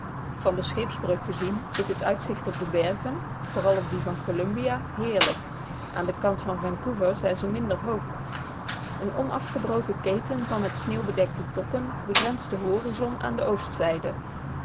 van de scheepsbrug gezien is het uitzicht op de bergen vooral op die van columbia heerlijk aan den kant van vancouver zijn ze minder hoog een onafgebroken keten van met sneeuw bedekte toppen begrenst den horizon aan de